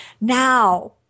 now